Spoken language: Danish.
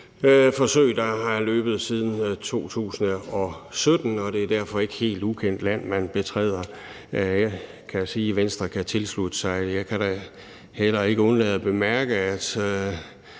forsøg, der har løbet siden 2017 – og det er derfor ikke helt ukendt land, man betræder. Jeg kan sige, at Venstre kan tilslutte sig det. Jeg kan da heller ikke undlade at bemærke, at